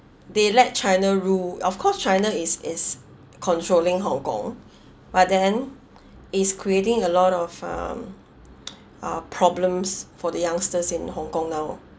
they let china rule of course china is is controlling hong kong but then is creating a lot of um uh problems for the youngsters in hong kong now